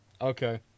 Okay